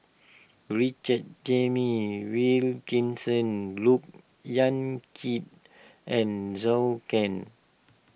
Richard James Wilkinson Look Yan Kit and Zhou Can